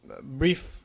brief